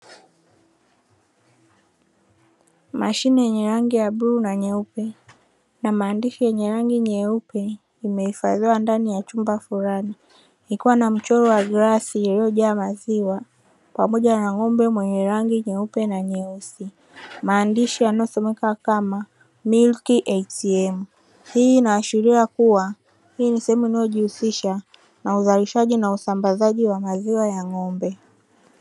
Mashine yenye rangi ya bluu na nyeupe na maandishi yenye rangi nyeupe, imehifadhiwa ndani ya chumba fulani, ikiwa na mchoro wa glasi iliyojaa maziwa pamoja na ng'ombe mwenye rangi nyeupe na nyeusi. Maandishi yanayosomeka kama "Milk ATM". Hii inaashiria kuwa hii ni sehemu inayojihusisha na uzalishaji na usambazaji wa maziwa ya ng'ombe.